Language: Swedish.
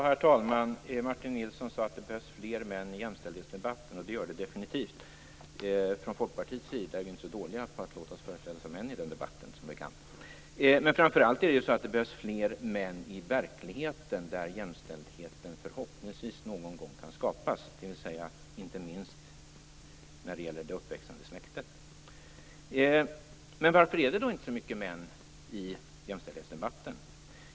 Herr talman! Martin Nilsson sade att det behövs fler män i jämställdhetsdebatten, och det gör det definitivt. Från Folkpartiets sida är vi inte så dåliga på att låta oss företrädas av män i den debatten, som bekant. Framför allt behövs det fler män i verkligheten, där jämställdheten förhoppningsvis någon gång kan skapas, dvs. inte minst när det gäller det uppväxande släktet. Varför är det då inte så mycket män i jämställdhetsdebatten?